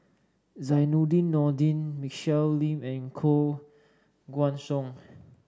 Zainudin Nordin Michelle Lim and Koh Guan Song